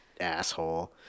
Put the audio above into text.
Asshole